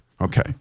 Okay